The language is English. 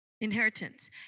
Inheritance